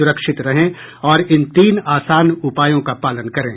सुरक्षित रहें और इन तीन आसान उपायों का पालन करें